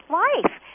life